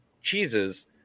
cheeses